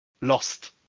lost